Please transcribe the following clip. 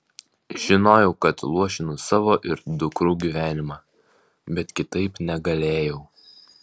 žinojau kad luošinu savo ir dukrų gyvenimą bet kitaip negalėjau